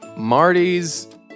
Marty's